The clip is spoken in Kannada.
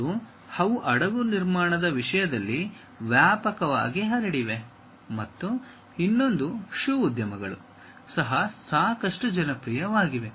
ಮತ್ತು ಅವು ಹಡಗು ನಿರ್ಮಾಣದ ವಿಷಯದಲ್ಲಿ ವ್ಯಾಪಕವಾಗಿ ಹರಡಿವೆ ಮತ್ತು ಇನ್ನೊಂದು ಶೂ ಉದ್ಯಮಗಳು ಸಹ ಸಾಕಷ್ಟು ಜನಪ್ರಿಯವಾಗಿವೆ